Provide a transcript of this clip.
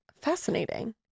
Fascinating